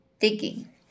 digging